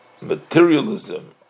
materialism